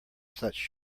such